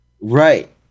Right